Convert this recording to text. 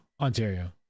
Ontario